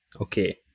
Okay